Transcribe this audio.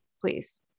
please